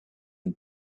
him